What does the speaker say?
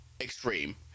extreme